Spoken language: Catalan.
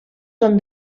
són